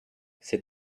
ses